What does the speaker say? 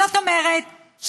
זאת אומרת,